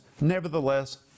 nevertheless